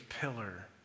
pillar